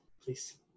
Please